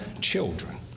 children